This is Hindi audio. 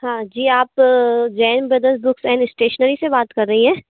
हाँ जी आप Jain brothers books and stationery से बात कर रही हैं